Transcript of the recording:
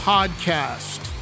Podcast